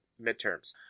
midterms